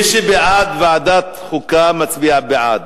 מי שבעד ועדת חוקה, מצביע בעד,